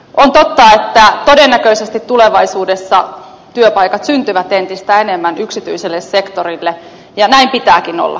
on totta että todennäköisesti tulevaisuudessa työpaikat syntyvät entistä enemmän yksityiselle sektorille ja näin pitääkin olla